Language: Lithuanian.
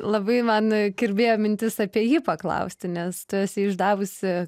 labai man kirbėjo mintis apie jį paklausti nes tu esi išdavusi